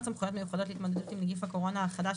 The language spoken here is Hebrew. סמכויות מיוחדות להתמודדות עם נגיף הקורונה החדש